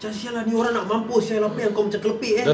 macam [sial] ah ni orang nak mampus [sial] apa yang kau macam lembik eh